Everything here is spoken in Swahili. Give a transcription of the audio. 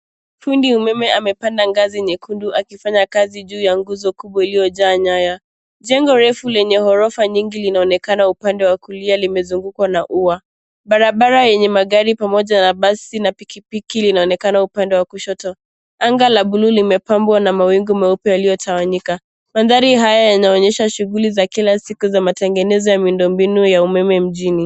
Fundi wa umeme amepanda ngazi nyekundu akifanya kazi juu ya nguzo kubwa ulio jaa nyaya. Jengo refu lenye ghorofa nyingi linaonekana upande wa kulia limezungukwa na ua. Barabara yenye magari pamoja na basi na pikipiki linaonekana upande wa kushoto. Anga la buluu limepambwa na mawingu meupe yaliyotawanyika. Maandhari haya yanaonyesha shughuli za kila siku za matengenezo ya mwendo mbinu za umeme mjini.